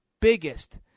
biggest